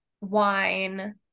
wine